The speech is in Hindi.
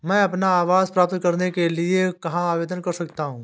मैं अपना आवास प्राप्त करने के लिए कहाँ आवेदन कर सकता हूँ?